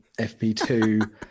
FP2